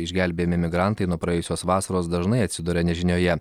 išgelbėjami migrantai nuo praėjusios vasaros dažnai atsiduria nežinioje